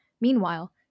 Meanwhile